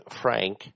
Frank